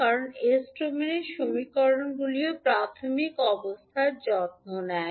কারণ s domain সমীকরণগুলিও প্রাথমিক অবস্থার যত্ন নেয়